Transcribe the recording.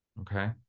Okay